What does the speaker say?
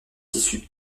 tissu